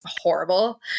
horrible